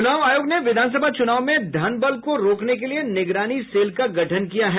चुनाव आयोग ने विधानसभा चुनाव में धन बल को रोकने के लिए निगरानी सेल का गठन किया है